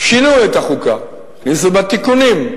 שינו את החוקה, הכניסו בה תיקונים.